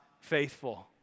faithful